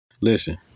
Listen